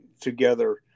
together